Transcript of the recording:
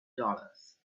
dollars